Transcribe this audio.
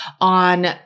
on